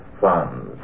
funds